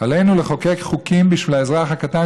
עלינו לחוקק חוקים בשביל האזרח הקטן,